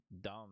dumb